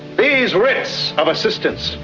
these writs of assistance,